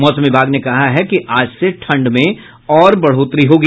मौसम विभाग ने कहा है कि आज से ठंड में और बढ़ोतरी होगी